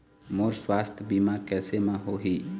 मोर सुवास्थ बीमा कैसे म होही?